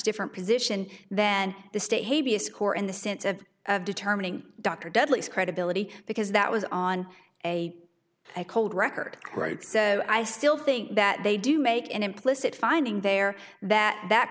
different position than the state be a score in the sense of determining dr dudley's credibility because that was on a cold record right so i still think that they do make an implicit finding there that that